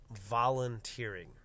volunteering